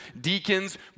deacons